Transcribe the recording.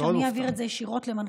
נעביר את זה ישירות.